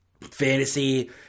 fantasy